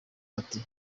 ati